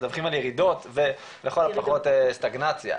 מדווחים על ירידות ולכל הפחות סטגנציה.